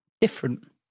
Different